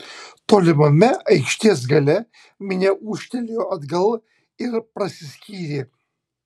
tolimame aikštės gale minia ūžtelėjo atgal ir prasiskyrė